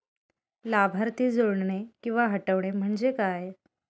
लाभार्थी जोडणे किंवा हटवणे, म्हणजे काय?